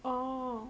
oh